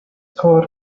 code